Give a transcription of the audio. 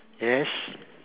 yes